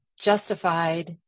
justified